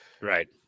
right